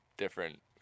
Different